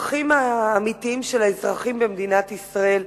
לצרכים האמיתיים של האזרחים במדינת ישראל,